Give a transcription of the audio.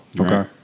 Okay